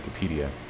Wikipedia